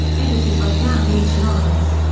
edited by dan h. laurence.